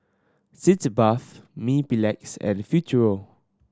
Sitz Bath Mepilex and Futuro